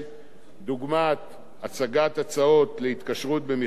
דוגמת הצגת הצעות להתקשרות במכרזים,